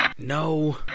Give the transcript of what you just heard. No